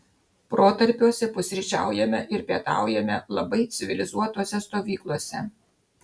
protarpiuose pusryčiaujame ir pietaujame labai civilizuotose stovyklose